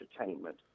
Entertainment